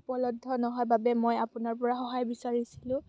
উপলব্ধ নহয় বাবে মই আপোনাৰ পৰা সহায় বিচাৰিছিলোঁ